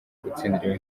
gutsindira